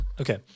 okay